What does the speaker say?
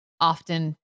often